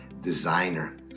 designer